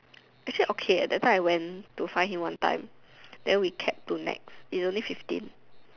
actually okay eh that time I went to find him one time then we cab to next is only fifteen